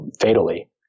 fatally